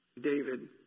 David